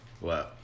Wow